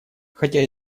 хотя